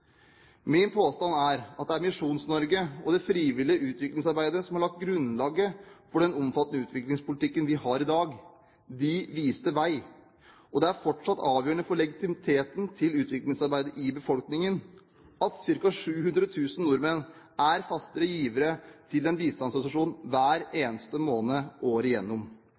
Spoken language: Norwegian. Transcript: Min påstand er at det er Misjons-Norge og det frivillige utviklingsarbeidet som har lagt grunnlaget for den omfattende utviklingspolitikken vi har i dag. De viste vei, og det er fortsatt avgjørende for legitimiteten til utviklingsarbeidet i befolkningen at ca. 700 000 nordmenn er faste givere til en bistandsorganisasjon hver eneste måned året igjennom.